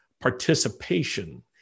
participation